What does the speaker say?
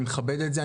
אני מכבד את זה,